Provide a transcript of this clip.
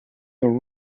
your